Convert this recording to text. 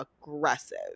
aggressive